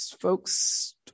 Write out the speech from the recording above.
folks